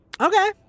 okay